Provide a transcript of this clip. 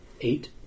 Eight